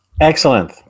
Excellent